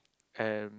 and